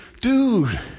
Dude